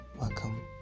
welcome